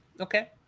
okay